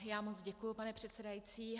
Já moc děkuji, pane předsedající.